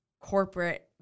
corporate